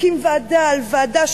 מקים ועדה על ועדה,